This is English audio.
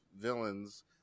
villains